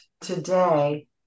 today